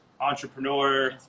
Entrepreneur